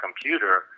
computer